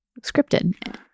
scripted